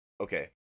okay